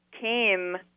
came